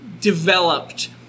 developed